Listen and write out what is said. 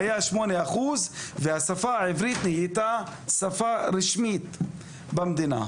יהודים והשפה העברית הייתה שפה רשמית במדינה.